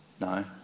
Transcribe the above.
No